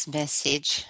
message